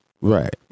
Right